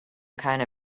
kinda